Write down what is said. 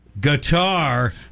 guitar